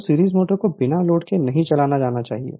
तो series motors को बिना लोड के नहीं चलाया जाना चाहिए